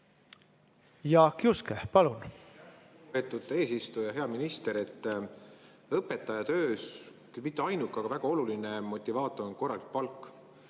Jaak Juske, palun!